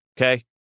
Okay